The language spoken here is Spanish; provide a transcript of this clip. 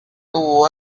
tuvo